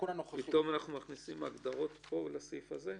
אנחנו מכניסים הגדרות לסעיף הזה?